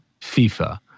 FIFA